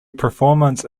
performance